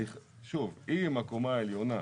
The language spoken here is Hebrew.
אם הקומה העליונה